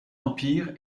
empire